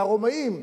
מהרומאים,